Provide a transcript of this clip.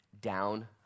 down